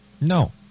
No